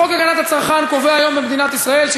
חוק הגנת הצרכן קובע היום במדינת ישראל כי